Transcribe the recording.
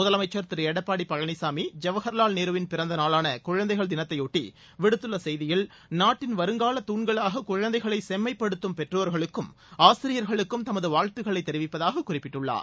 முதலமைச்சர் திரு எடப்பாடி பழனிசாமி ஜவஹர்லால் நேருவின் பிறந்த நாளான குழந்தைகள் தினத்தையொட்டி விடுத்துள்ள செய்தியில் நாட்டின் வருங்கால தூண்களாக குழந்தைகளை செம்மைப்படுத்தும் பெற்றோர்களுக்கும் ஆசிரியர்களுக்கும் தமது வாழ்த்துக்களை தெரிவிப்பதாக குறிப்பிட்டுள்ளார்